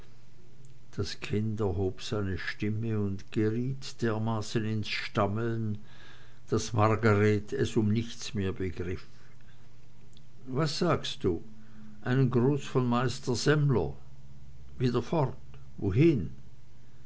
das kind erhob seine stimme und geriet dermaßen ins stammeln daß margreth es um nichts mehr begriff was sagst du einen gruß von meister semmler wieder fort wohin